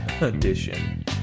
Edition